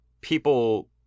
people